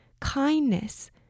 kindness